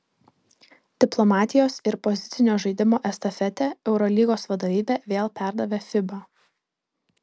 diplomatijos ir pozicinio žaidimo estafetę eurolygos vadovybė vėl perdavė fiba